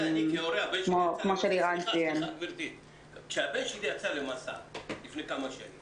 אני כהורה, כשהבן שלי יצא למסע לפני כמה שנים